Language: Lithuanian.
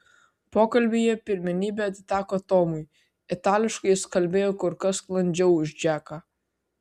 pokalbyje pirmenybė atiteko tomui itališkai jis kalbėjo kur kas sklandžiau už džeką